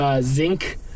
zinc